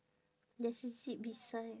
there's a zip beside